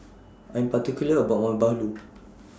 I Am particular about Our Bahulu